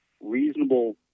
reasonable